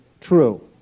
true